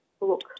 look